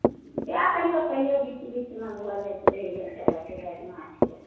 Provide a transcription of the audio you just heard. वएह कहियो कहियो बीच बीच मे भऽ जाइत रहैया दरद उरद माथ के